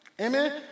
Amen